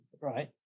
right